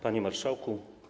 Panie Marszałku!